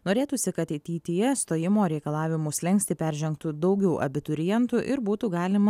norėtųsi kad ateityje stojimo reikalavimų slenkstį peržengtų daugiau abiturientų ir būtų galima